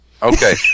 Okay